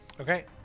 Okay